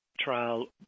trial